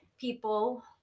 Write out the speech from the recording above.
people